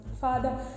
father